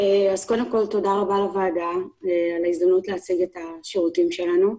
תודה רבה לוועדה על ההזדמנות להציג את השירותים שלנו.